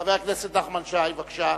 חבר הכנסת נחמן שי, בבקשה.